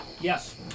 Yes